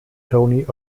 tony